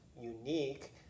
unique